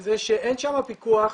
זה שאין שם פיקוח,